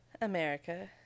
America